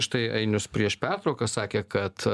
štai ainius prieš pertrauką sakė kad